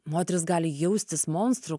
moteris gali jaustis monstru